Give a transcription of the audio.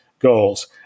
goals